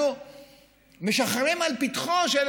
אנחנו משחרים לפתחו של